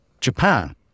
Japan